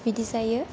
बिदि जायो